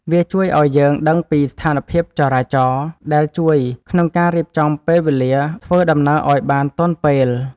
វាជួយឱ្យយើងដឹងពីស្ថានភាពចរាចរណ៍ ដែលជួយក្នុងការរៀបចំពេលវេលាធ្វើដំណើរឱ្យបានទាន់ពេល។